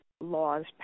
laws